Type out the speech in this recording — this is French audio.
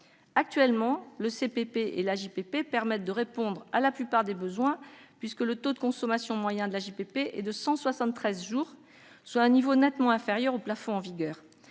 Actuellement, le CPP et l'AJPP permettent de répondre à la plupart des besoins, puisque le taux de consommation moyen de l'AJPP est de 173 jours, soit un niveau nettement inférieur au plafond en vigueur.